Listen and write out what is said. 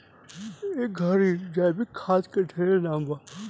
ए घड़ी जैविक खाद के ढेरे नाम बा